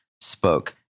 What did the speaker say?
spoke